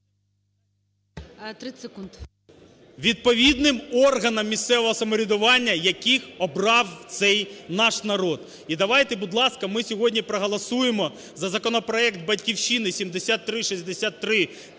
Відповідним органам місцевого самоврядування, яких обрав цей наш народ. І давайте, будь ласка, ми сьогодні проголосуємо за законопроект "Батьківщини" 7363-2,